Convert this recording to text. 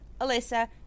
Alyssa